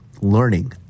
learning